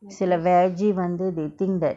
சில:sila veggie வந்து:vanthu they think that